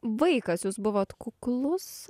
vaikas jūs buvot kuklus